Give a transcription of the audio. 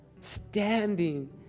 standing